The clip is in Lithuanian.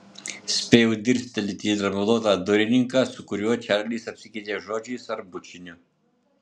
spėjau dirstelėti į dramblotą durininką su kuriuo čarlis apsikeitė žodžiais ar bučiniu